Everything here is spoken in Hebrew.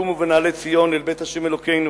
קומו ונעלה ציון אל בית ה' אלוקינו,